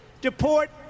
deport